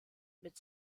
mit